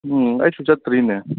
ꯎꯝ ꯑꯩꯁꯨ ꯆꯠꯇ꯭ꯔꯤꯅꯦ